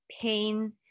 pain